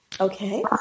Okay